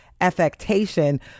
affectation